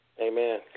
Amen